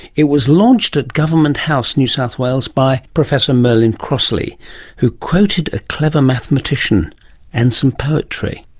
it was launched at government house new south wales by professor merlin crossley who quoted a clever mathematician and some poetry.